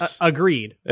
Agreed